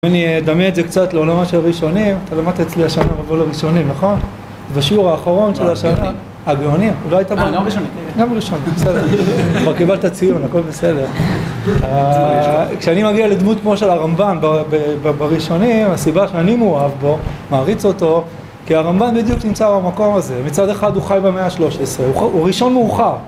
אני אדמי את זה קצת לעולמה של ראשונים אתה למדת אצלי השנה רבול הראשונים נכון? בשיעור האחרון של השנה הגאונים גם ראשון אתה קיבלת ציון הכל בסדר כשאני מגיע לדמות כמו של הרמבן בראשונים הסיבה שאני מאוהב בו מעריץ אותו כי הרמבן בדיוק נמצא במקום הזה מצד אחד הוא חי במאה ה-13 הוא ראשון מאוחר